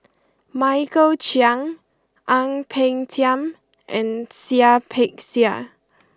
Michael Chiang Ang Peng Tiam and Seah Peck Seah